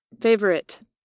Favorite